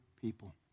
people